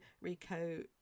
rico